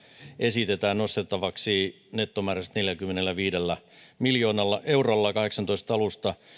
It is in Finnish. esitetään nostettavaksi nettomääräisesti neljälläkymmenelläviidellä miljoonalla eurolla vuoden kahdeksantoista alusta tämä